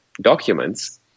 documents